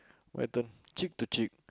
my turn cheek to cheek